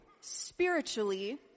spiritually